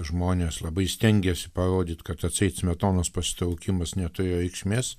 žmonės labai stengėsi parodyt kad atseit smetonos pasitraukimas neturėjo reikšmės